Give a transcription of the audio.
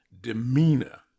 demeanor